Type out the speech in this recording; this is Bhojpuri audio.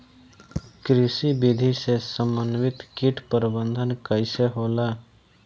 कृषि विधि से समन्वित कीट प्रबंधन कइसे होला?